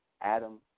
Adam